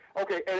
Okay